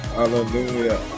Hallelujah